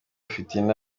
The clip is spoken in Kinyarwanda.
fitina